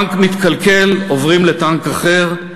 טנק מתקלקל, עוברים לטנק אחר,